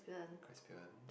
Caspian